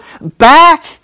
back